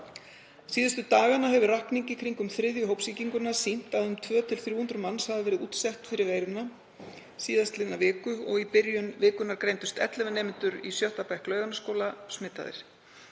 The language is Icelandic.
Síðustu daga hefur rakning í kringum þriðju hópsýkinguna sýnt að um 200–300 manns hafa verið útsettir fyrir veiruna síðastliðna viku og í byrjun vikunnar greindust 11 nemendur í 6. bekk Laugarnesskóla smitaðir.